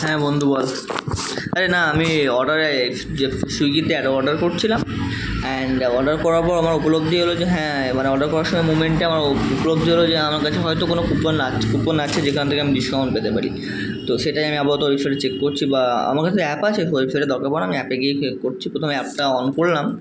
হ্যাঁ বন্ধু বল আরে না আমি অর্ডারের যে সুইগিতে একটা অর্ডার করছিলাম অ্যাণ্ড অর্ডার করার পর আমার উপলব্ধি হলো যে হ্যাঁ মানে অর্ডার করার সময় মোমেন্টে আমার উপলব্ধি হলো যে আমার কাছে হয়তো কোনও কুপন আ কুপন আছে যেখান থেকে আমি ডিসকাউন্ট পেতে পারি তো সেটাই আমি আপাতত ওয়েবসাইটে চেক করছি বা আমার কাছে অ্যাপ আছে ওয়েবসাইটের দরকার পড়ে না আমি অ্যাপে গিয়েই চেক করছি প্রথমে অ্যাপটা অন করলাম